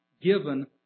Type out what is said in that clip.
given